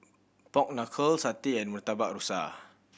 pork knuckle satay and Murtabak Rusa